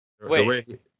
wait